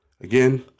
again